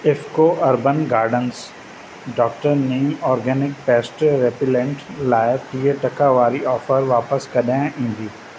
IFFCO urban gardens doctor neem organic pest repellent लाइ टीह टका वारी ऑफ़र वापसि कॾहिं ईंदी